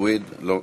לא נמצאת.